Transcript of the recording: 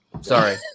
Sorry